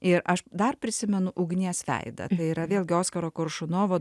ir aš dar prisimenu ugnies veidą tai yra vėlgi oskaro koršunovo